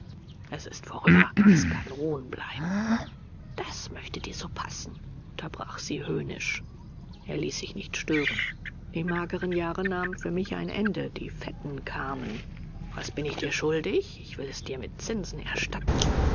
es ist vorüber es kann ruhen bleiben das möchte dir so passen unterbrach sie höhnisch er ließ sich nicht stören die mageren jahre nahmen für mich ein ende die fetten kamen was bin ich dir schuldig ich will es dir mit zinsen erstatten